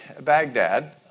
Baghdad